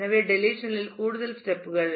எனவே டெலிசன் இல் கூடுதல் ஸ்டெப் கள்